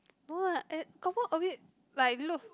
no lah eh confirm a bit like loo~